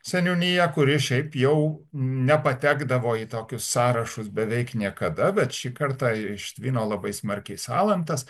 seniūnija kuri šiaip jau nepatekdavo į tokius sąrašus beveik niekada bet šį kartą ištvino labai smarkiai salantas